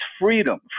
freedom